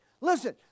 Listen